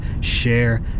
share